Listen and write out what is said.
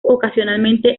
ocasionalmente